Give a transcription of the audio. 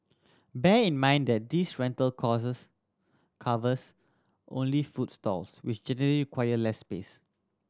bear in mind that this rental costs covers only food stalls which generally require less space